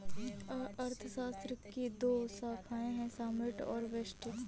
अर्थशास्त्र की दो शाखाए है समष्टि और व्यष्टि